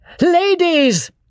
Ladies